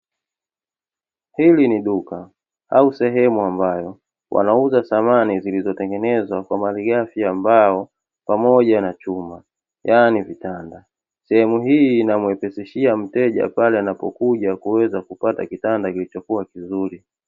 Hili ni duka au sehemu ambayo wanauza samani zilizotengenezwa kwa malighafi ya mbao pamoja na chuma, yaani vitanda. Sehemu hii inamuwepesishia mteja pale anapokuja kuweza kupata kitanda kilichokuwa kizuri.